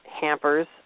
hampers